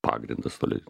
pagrindas tole